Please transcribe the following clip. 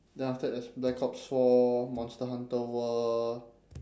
then after there's black ops four monster hunter world